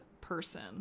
person